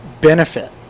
benefit